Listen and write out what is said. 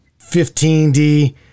15D